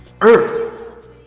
Earth